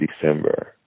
December